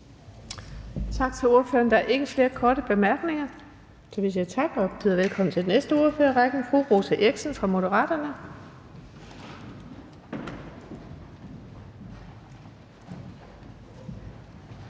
Tak til ordføreren. Der er ikke flere korte bemærkninger. Vi byder velkommen til den næste ordfører i rækken, fru Rosa Eriksen fra Moderaterne.